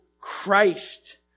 Christ